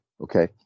okay